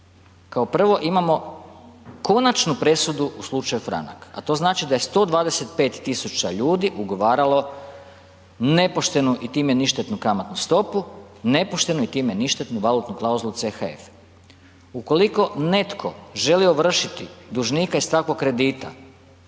kao prvo imamo konačnu presudu u slučaju Franak a to znači da je 125 000 ljudi ugovaralo nepoštenu i time ništetnu kamatnu stopu, nepoštenu i time ništetnu valutnu klauzulu CHF. Ukoliko netko želi ovršiti dužnika iz takvog kredita,